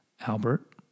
Albert